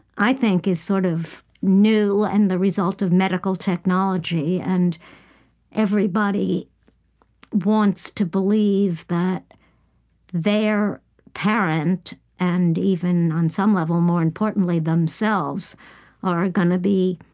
i think is sort of new and the result of medical technology, and everybody wants wants to believe that their parent and, even on some level, more importantly, themselves are going to be,